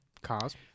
Cars